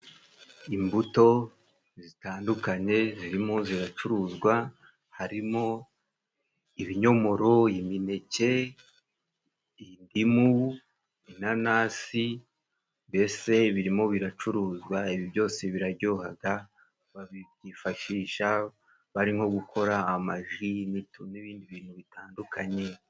Imbuto zitandukanye zirimo ziracuruzwa harimo: ibinyomoro, imineke, indimu, inanasi, mbese birimo biracuruzwa, ibi byose biraryohaga. Babyifashisha bari nko gukora amaji, imito n'ibindi bintu bitandukanye.